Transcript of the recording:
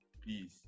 please